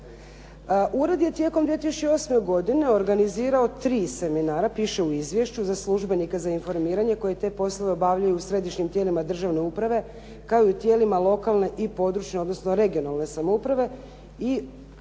Ured je tijekom 2008. godine organizirao tri seminara, piše u izvješću za službenike za informiranje koji te poslove obavljaju u Središnjim tijelima državne uprave kao u tijelima lokalne područne, odnosno regionalne samouprave i izvješća